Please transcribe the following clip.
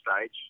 stage